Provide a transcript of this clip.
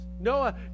Noah